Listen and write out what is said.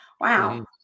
Wow